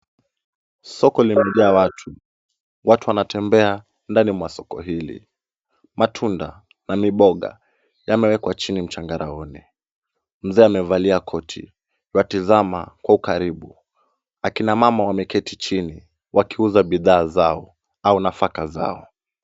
Soko limejaa watu. Watu wanatembea ndani mwa soko hili. Matunda na maboga yamewekwa chini mchangaraoni. Mzee amevalia koti. Anatazama kwa ukaribu. Akina mama wameketi chini wakiuza bidhaa zao au nafaka zao.